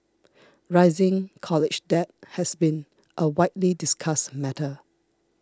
rising college debt has been a widely discussed matter